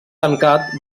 tancat